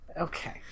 Okay